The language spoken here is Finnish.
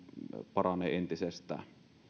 paranee entisestään